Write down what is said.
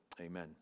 amen